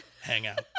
hangout